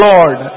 Lord